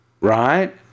right